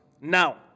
Now